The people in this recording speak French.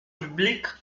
public